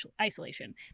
isolation